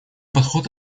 подход